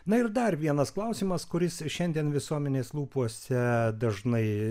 na ir dar vienas klausimas kuris šiandien visuomenės lūpose dažnai